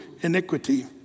iniquity